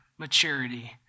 Maturity